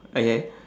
okay